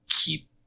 keep